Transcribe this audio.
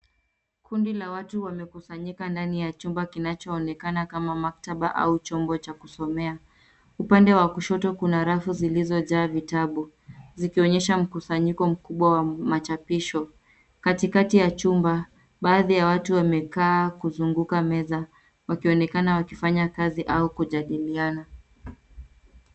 Kundi la watu wamekusanyika ndani ya chumba kinachoonekana kama maktaba au chombo cha kusoma. Upande wa kushoto kuna rafu zilizojaa vitabu, zikionyesha mkusanyiko mkubwa wa machapisho. Katikati ya chumba baadhi ya watu wamekaa kuzunguka meza wakionekana wakifanya kazi au kujadiliana.